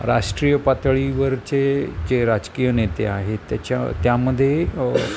राष्ट्रीय पातळीवरचे जे राजकीय नेते आहेत त्याच्या त्यामध्ये